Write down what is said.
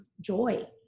joy